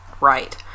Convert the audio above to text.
right